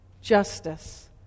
justice